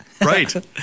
Right